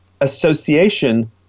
association